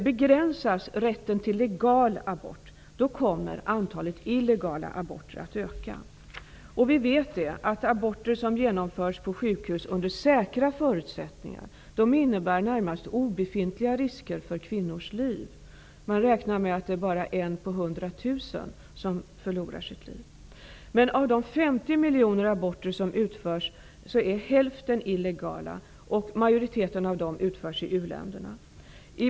Om rätten till legal abort begränsas, kommer antalet illegala aborter att öka. Vi vet att aborter som genomförs på sjukhus under säkra former innebär närmast obefintliga risker för kvinnors liv. Man räknar med att det är bara en kvinna av 100 000 som förlorar sitt liv. Men av de 50 miljoner aborter som utförs är hälften illegala, och majoriteten av dessa utförs i u-länderna.